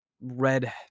red